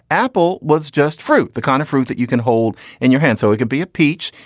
apple was just fruit the kind of fruit that you can hold in your hand so it could be a peach.